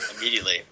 Immediately